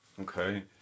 Okay